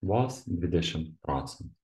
vos dvidešim procentų